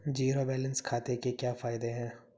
Zero balance खाते के क्या फायदे हैं?